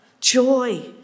joy